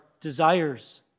desires